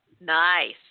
Nice